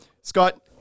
Scott